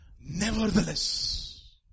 Nevertheless